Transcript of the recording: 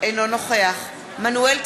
אינו נוכח מנואל טרכטנברג,